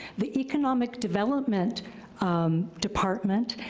the economic development department,